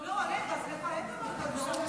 לא, רגע, סליחה, אין דבר כזה.